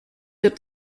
der